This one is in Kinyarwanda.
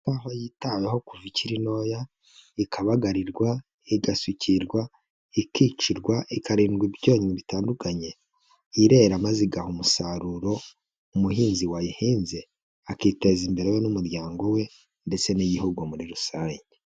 Ikahwa yitaweho kuva ikiri ntoya ikabagarirwa, igasukirwa, ikicirwa, ikarindwa ibyonnyi bitandukanye, irera maze igaha umusaruro umuhinzi wayihinze, akiteza imbere we n'umuryango we ndetse n'Igihugu muri rusange.